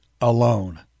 alone